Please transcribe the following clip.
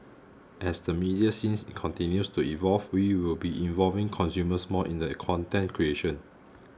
as the media scenes continues to evolve we will be involving consumers more in the content creation